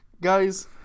guys